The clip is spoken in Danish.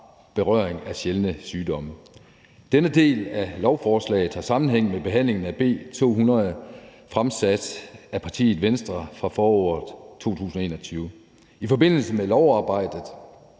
berørt af sjældne sygdomme. Denne del af lovforslaget har sammenhæng med behandlingen af B 200, fremsat af partiet Venstre i foråret 2021. I forbindelse med lovarbejdet